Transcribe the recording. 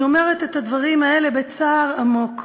אני אומרת את הדברים האלה בצער עמוק.